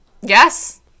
yes